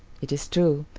it is true,